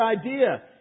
idea